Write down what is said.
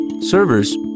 servers